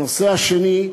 הנושא השני,